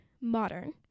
modern